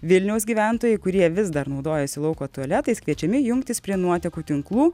vilniaus gyventojai kurie vis dar naudojasi lauko tualetais kviečiami jungtis prie nuotekų tinklų